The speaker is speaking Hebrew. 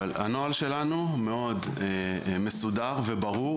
אבל הנוהל שלנו מאוד מסודר וברור,